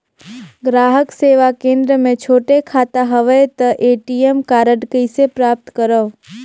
ग्राहक सेवा केंद्र मे छोटे खाता हवय त ए.टी.एम कारड कइसे प्राप्त करव?